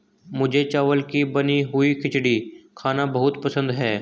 मुझे चावल की बनी हुई खिचड़ी खाना बहुत पसंद है